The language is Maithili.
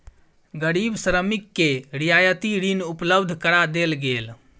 गरीब श्रमिक के रियायती ऋण उपलब्ध करा देल गेल